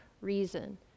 reason